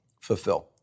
fulfill